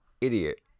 idiot